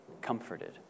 comforted